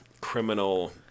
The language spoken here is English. criminal